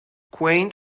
quaint